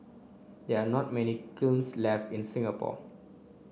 there are not many kilns left in Singapore